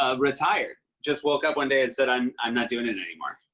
ah retired. just woke up one day and said, i'm i'm not doing it anymore.